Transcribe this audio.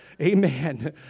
Amen